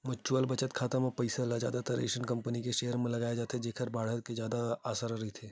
mutual बचत खाता म पइसा ल जादातर अइसन कंपनी के सेयर म लगाए जाथे जेखर बाड़हे के जादा असार रहिथे